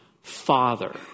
Father